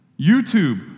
YouTube